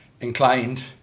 inclined